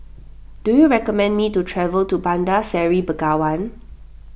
do you recommend me to travel to Bandar Seri Begawan